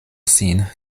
sin